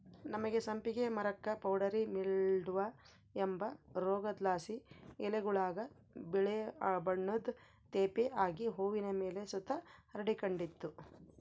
ನಮ್ಮನೆ ಸಂಪಿಗೆ ಮರುಕ್ಕ ಪೌಡರಿ ಮಿಲ್ಡ್ವ ಅಂಬ ರೋಗುದ್ಲಾಸಿ ಎಲೆಗುಳಾಗ ಬಿಳೇ ಬಣ್ಣುದ್ ತೇಪೆ ಆಗಿ ಹೂವಿನ್ ಮೇಲೆ ಸುತ ಹರಡಿಕಂಡಿತ್ತು